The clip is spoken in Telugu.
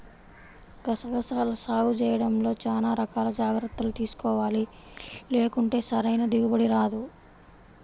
గసగసాల సాగు చేయడంలో చానా రకాల జాగర్తలు తీసుకోవాలి, లేకుంటే సరైన దిగుబడి రాదు